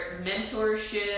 mentorship